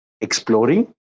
exploring